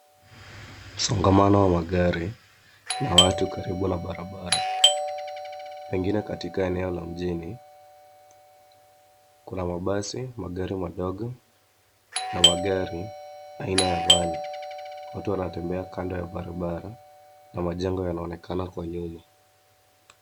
Msongamano wa magari na watu karibu na barabara pengine katika eneo la mjini. Kuna mabasi, magari madogo na magari aina ya vani. Watu wanatembea kando ya barabara na majengo yanaonekana kwa nyuma.